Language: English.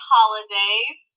Holidays